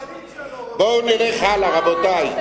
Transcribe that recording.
השותפים שלך בקואליציה לא רוצים.